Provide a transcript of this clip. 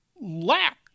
lack